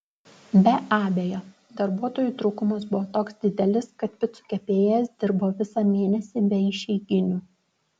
be abejo darbuotojų trūkumas buvo toks didelis kad picų kepėjas dirbo visą mėnesį be išeiginių